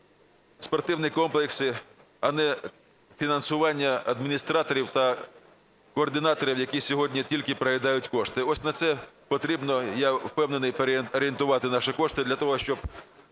спортивні комплекси, а не фінансування адміністраторів та координаторів, які сьогодні тільки проїдають кошти. Ось на це потрібно, я впевнений, переорієнтувати наші кошти для того, щоб